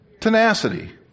Tenacity